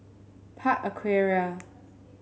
Park Aquaria